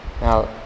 Now